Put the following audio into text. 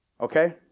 Okay